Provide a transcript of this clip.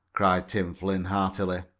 cried tim flynn heartily.